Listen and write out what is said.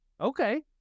Okay